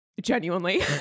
Genuinely